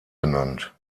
genannt